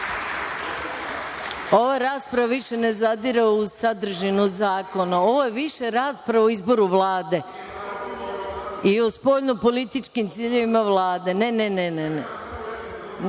Ova rasprava više ne zadire u sadržinu zakona. Ovo je više rasprava o izboru Vlade i spoljnopolitičkim ciljevima Vlade.(Vojislav Šešelj: